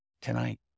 tonight